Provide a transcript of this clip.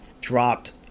dropped